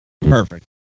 perfect